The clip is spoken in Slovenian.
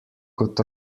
kot